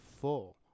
full